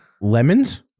lemons